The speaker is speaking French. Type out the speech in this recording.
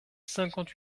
cinquante